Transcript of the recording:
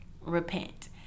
repent